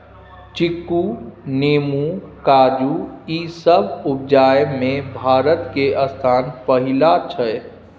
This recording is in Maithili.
चीकू, नेमो, काजू ई सब उपजाबइ में भारत के स्थान पहिला छइ